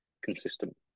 consistent